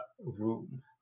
room